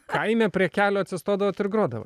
kaime prie kelio atsistodavot ir grodavo